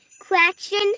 question